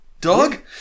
Dog